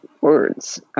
words